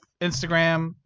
Instagram